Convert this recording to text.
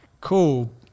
cool